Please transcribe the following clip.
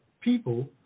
people